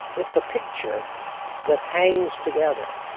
it's a picture that hangs together.